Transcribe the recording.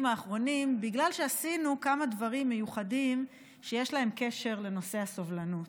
האחרונים בגלל שעשינו כמה דברים מיוחדים שיש להם קשר לנושא הסובלנות,